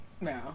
No